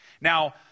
Now